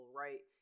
right